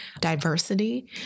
diversity